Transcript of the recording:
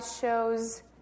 shows